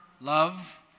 love